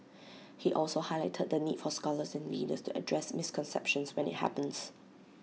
he also highlighted the need for scholars and leaders to address misconceptions when IT happens